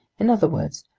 in other words,